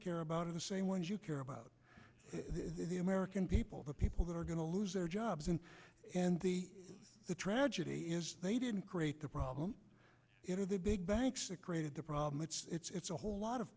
care about are the same ones you care about the american people the people that are going to lose their jobs and and the the tragedy is they didn't create the problem it or the big banks that created the problem which it's a whole lot of